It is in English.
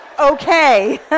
Okay